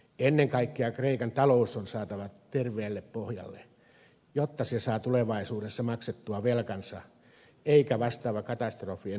ennen kaikkea kreikan talous on saatava terveelle pohjalle jotta se saa tulevaisuudessa maksettua velkansa eikä vastaava katastrofi enää toistu